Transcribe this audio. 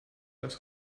das